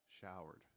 showered